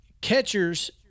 catchers